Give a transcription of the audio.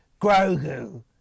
Grogu